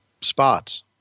spots